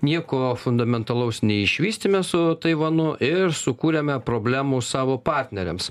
nieko fundamentalaus neišvystėme su taivanu ir sukūrėme problemų savo partneriams